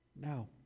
Now